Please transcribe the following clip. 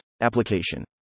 Application